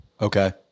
Okay